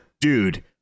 Dude